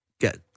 Get